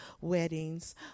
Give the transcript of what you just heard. weddings